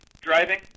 driving